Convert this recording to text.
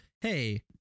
Hey